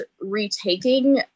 retaking